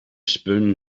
spoon